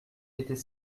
était